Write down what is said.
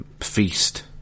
feast